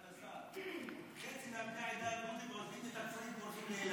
לסגן השר: חצי מבני העדה הדרוזית עוזבים את הכפרים והולכים לאילת.